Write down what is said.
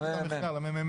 נפנה למ.מ.מ.